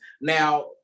Now